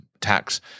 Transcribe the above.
tax